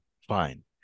Fine